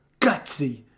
gutsy